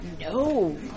no